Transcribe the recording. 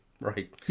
Right